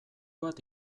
bat